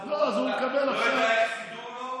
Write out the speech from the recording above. לא יודע איך סידרו לו,